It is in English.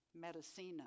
Medicina